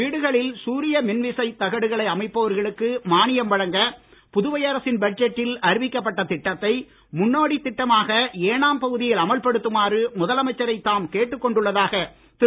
வீடுகளில் சூரிய மின்விசைத் தகடுகளை அமைப்பவர்களுக்கு மானியம் வழங்க புதுவை அரசின் பட்ஜெட்டில் அறிவிக்கப்பட்ட திட்டத்தை முன்னோடித் திட்டமாக ஏனாம் பகுதியில் அமல்படுத்துமாறு முதலமைச்சரை தாம் கேட்டுக் கொண்டுள்ளதாக திரு